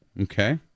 Okay